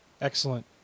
Excellent